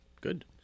Good